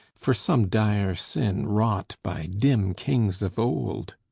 for some dire sin wrought by dim kings of old.